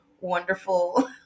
wonderful